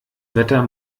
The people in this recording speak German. wetter